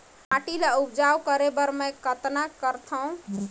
माटी ल उपजाऊ करे बर मै कतना करथव?